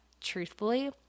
truthfully